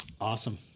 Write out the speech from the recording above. Awesome